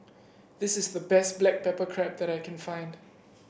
this is the best Black Pepper Crab that I can find